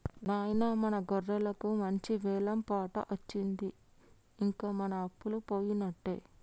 నాయిన మన గొర్రెలకు మంచి వెలం పాట అచ్చింది ఇంక మన అప్పలు పోయినట్టే